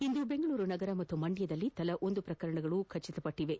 ಇಂದು ಬೆಂಗಳೂರು ನಗರ ಹಾಗೂ ಮಂದ್ಯದಲ್ಲಿ ತಲಾ ಒಂದು ಪ್ರಕರಣಗಳು ದೃಢಪಟ್ಟಿವೆ